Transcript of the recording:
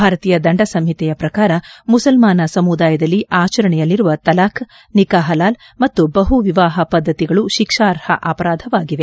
ಭಾರತೀಯ ದಂಡ ಸಂಹಿತೆಯ ಪ್ರಕಾರ ಮುಸಲ್ನಾನ ಸಮುದಾಯದಲ್ಲಿ ಆಚರಣೆಯಲ್ಲಿರುವ ತಲಾಖ್ ನಿಖಾ ಹಲಾಲ ಮತ್ತು ಬಹುವಿವಾಹ ಪದ್ದತಿಗಳು ಶಿಕ್ಷಾರ್ಹ ಅಪರಾಧವಾಗಿವೆ